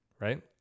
right